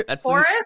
Forest